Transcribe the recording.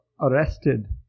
arrested